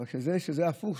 אבל בגלל שזה הפוך,